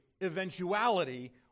eventuality